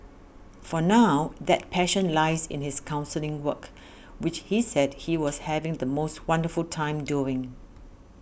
for now that passion lies in his counselling work which he said he was having the most wonderful time doing